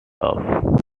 off